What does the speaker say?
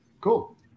cool